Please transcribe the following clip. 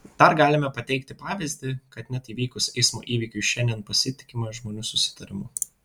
dar galime pateikti pavyzdį kad net įvykus eismo įvykiui šiandien pasitikima žmonių susitarimu